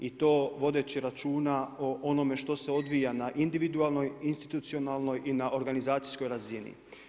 I to vodeći računa o onome što se odvija na individualnoj, institucionalnoj i na organizacijskoj razini.